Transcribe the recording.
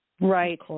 Right